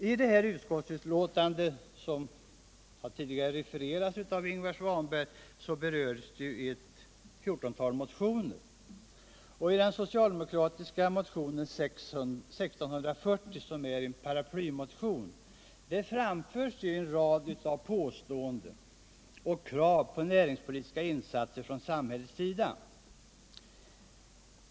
I det utskottsbetänkande som tidigare refererats av Ingvar Svanberg berörs 14 motioner. I den socialdemokratiska motionen 1640, som är en paraplymotion, framförs en rad påståenden. Krav reses där på näringspoliviska insatser från samhällets sida.